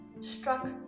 struck